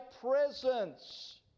presence